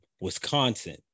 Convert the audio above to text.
Wisconsin